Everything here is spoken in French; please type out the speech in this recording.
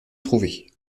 trouver